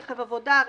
רכב עבודה,